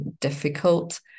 difficult